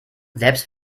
selbst